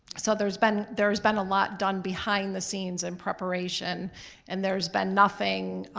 so there's been there's been a lot done behind the scenes in preparation and there's been nothing